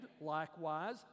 likewise